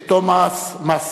את תומס מסריק,